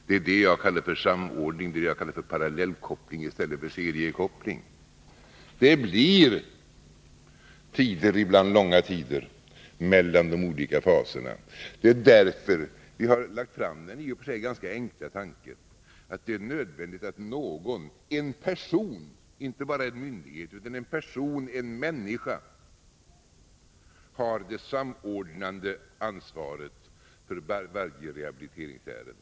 Det är det som jag kallar för samordning, för parallellkoppling i stället för seriekoppling. Det blir mellanrum, ibland stora sådana, mellan de olika faserna. Därför har vi fört fram den i och för sig ganska enkla tanken att det är nödvändigt att någon —en person, inte bara en myndighet utan en person, en människa — har det samordnande ansvaret för varje rehabiliteringsärende.